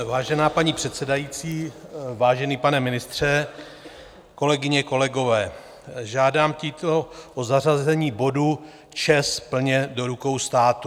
Vážená paní předsedající, vážený pane ministře, kolegyně, kolegové, žádám tímto zařazení bodu ČEZ plně do rukou státu.